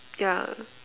yeah